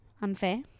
Unfair